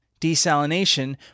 Desalination